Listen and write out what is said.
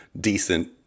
decent